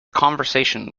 conversation